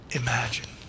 imagine